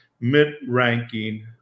mid-ranking